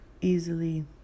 easily